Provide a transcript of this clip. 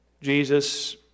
Jesus